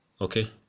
okay